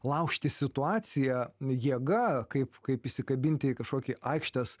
laužti situaciją jėga kaip kaip įsikabinti į kažkokį aikštės